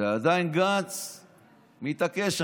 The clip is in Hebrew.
ועדיין גנץ מתעקש.